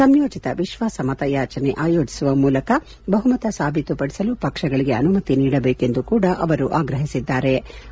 ಸಂಯೋಜಿತ ವಿಶ್ವಾಸ ಮತ ಯಾಚನೆ ಆಯೋಜಿಸುವ ಮೂಲಕ ಬಹುಮತ ಸಾಬೀತು ಪಡಿಸಲು ಪಕ್ಷಗಳಿಗೆ ಅನುಮತಿ ನೀಡಬೇಕೆಂದು ಕೂಡಾ ಅವರು ಆಗ್ರಹಿಸಿದ್ಗಾರೆ